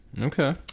okay